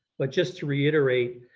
but just to reiterate,